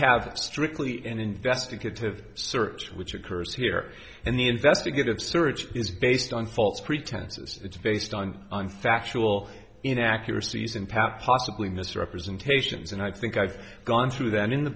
have strictly an investigative search which occurs here and the investigative search is based on false pretenses it's based on on factual inaccuracies and pap possibly misrepresentations and i think i've gone through that in the